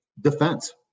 defense